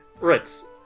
Ritz